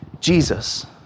Jesus